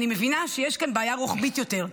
אני מבינה שיש כאן בעיה רוחבית יותר,